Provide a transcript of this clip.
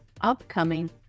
upcoming